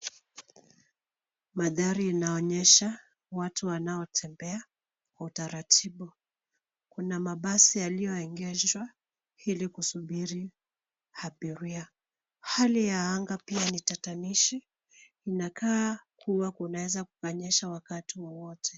Mandhari inaonyesha watu wanao tembea kwa utaratibu kuna mabasi yaliyo egeshwa ili kusubiri abiria. Hali ya naga pia ni tatanishi inakaa kuwa kunaweza kukanyesha wakati wowote.